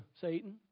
Satan